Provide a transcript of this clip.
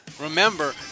remember